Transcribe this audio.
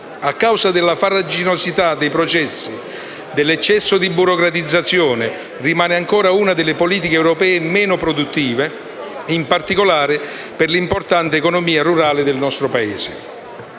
a causa della farraginosità dei processi e dell'eccesso di burocratizzazione, rimane ancora una delle politiche europee meno produttive, in particolare per l'importante economia rurale del nostro Paese.